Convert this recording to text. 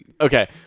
Okay